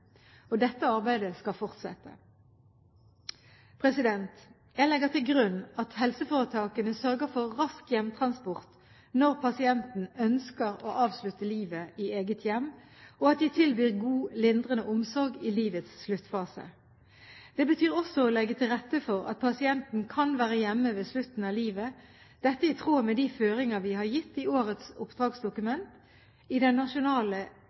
Dette arbeidet skal fortsette. Jeg legger til grunn at helseforetakene sørger for rask hjemtransport når pasienten ønsker å avslutte livet i eget hjem, og at de tilbyr god lindrende omsorg i livets sluttfase. Det betyr også å legge til rette for at pasienten kan være hjemme ved slutten av livet – dette i tråd med de føringer vi har gitt i årets oppdragsdokument, i den nasjonale